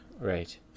Right